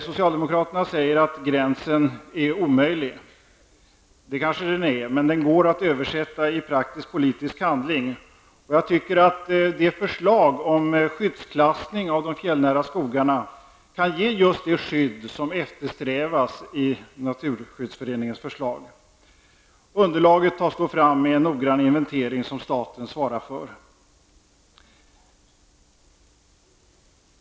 Socialdemokraterna säger att gränsen är omöjlig att upprätthålla. Det kanske den är, men den går att omsätta i praktisk politisk handling. Jag tycker att förslaget om skyddsklassning kan ge just det skydd som eftersträvas i Naturskyddsföreningens förslag. Underlaget tas då fram vid en noggrann inventering som staten svarar för.